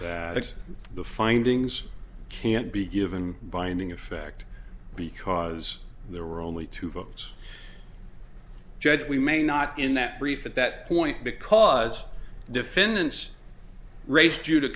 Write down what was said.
that the findings can't be given binding effect because there were only two votes judge we may not in that brief at that point because defendants raised